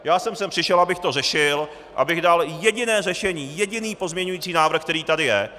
Já jsem sem přišel, abych to řešil, abych dal jediné řešení, jediný pozměňující návrh, který tady je.